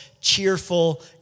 cheerful